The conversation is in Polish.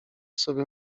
sobie